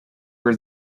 were